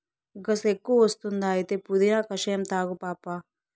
గస ఎక్కువ వస్తుందా అయితే పుదీనా కషాయం తాగు పాపా